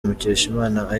mukeshimana